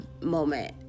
moment